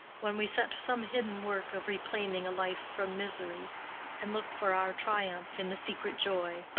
when we set to some hidden work of reclaiming a life from misery and look for our triumph in the secret joy